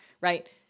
right